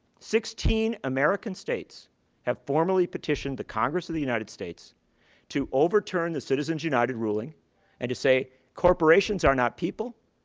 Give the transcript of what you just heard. sixteen american states have formally petitioned the congress of the united states to overturn the citizens united ruling and to say corporations are not people.